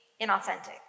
inauthentic